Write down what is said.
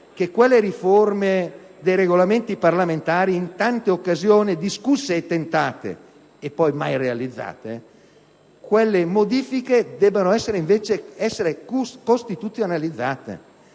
che quelle riforme dei Regolamenti parlamentari - in tante occasioni discusse e tentate, e poi mai realizzate - debbano essere invece costituzionalizzate: